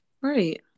right